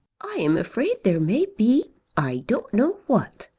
i am afraid there may be i don't know what,